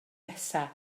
nesaf